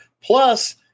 plus